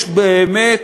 יש באמת